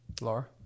Laura